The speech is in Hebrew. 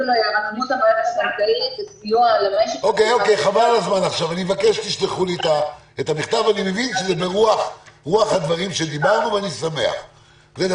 אני מבין שזה ברוח הדברים שדיברנו, ואני שמח.